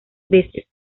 veces